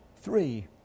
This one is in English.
Three